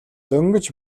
дөнгөж